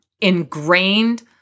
ingrained